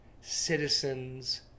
citizens